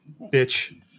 bitch